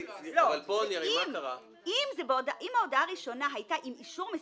אם ההודעה הראשונה היתה עם אישור מסירה,